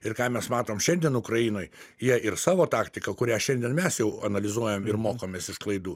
ir ką mes matom šiandien ukrainoj jie ir savo taktiką kurią šiandien mes jau analizuojam ir mokomės iš klaidų